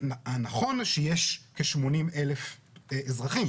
הנכון הוא שיש כ-80,000 אזרחים,